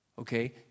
Okay